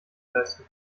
leisten